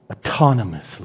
autonomously